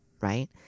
right